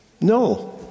No